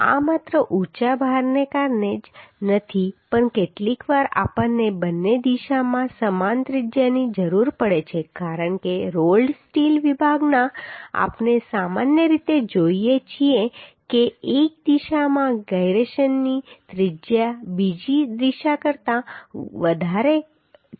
આ માત્ર ઊંચા ભારને કારણે જ નથી પણ કેટલીકવાર આપણને બંને દિશામાં સમાન ત્રિજ્યાની જરૂર પડે છે કારણ કે રોલ્ડ સ્ટીલ વિભાગમાં આપણે સામાન્ય રીતે જોઈએ છીએ કે એક દિશામાં ગિરેશનની ત્રિજ્યા બીજી દિશા કરતાં ઘણી વધારે છે